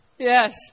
Yes